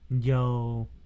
Yo